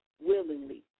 willingly